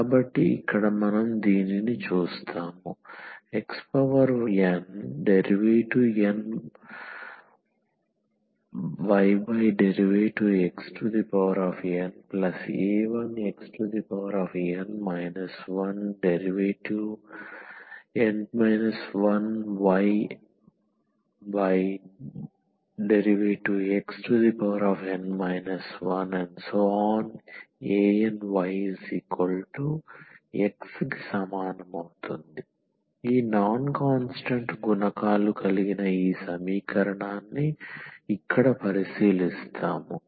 కాబట్టి ఇక్కడ మనం దీనిని చూస్తాము xndnydxna1xn 1dn 1ydxn 1anyX ఈ నాన్ కాన్స్టాంట్ గుణకాలు కలిగిన ఈ సమీకరణాన్ని ఇక్కడ పరిశీలిస్తాము